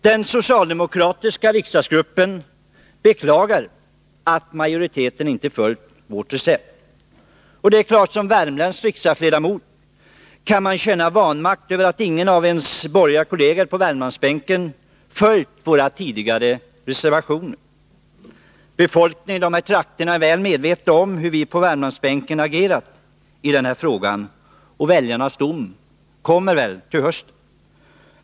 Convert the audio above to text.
Den socialdemokratiska riksdagsgruppen beklagar att majoriteten inte följt vårt recept. Som värmländsk riksdagsledamot kan jag självfallet känna vanmakt över att ingen av mina borgerliga kolleger på Värmlandsbänken följt våra tidigare reservationer. Befolkningen i de här trakterna är väl medveten om hur vi på Värmlandsbänken har agerat i den här frågan. Väljarnas dom kommer väl till hösten.